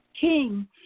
King